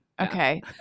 Okay